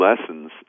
lessons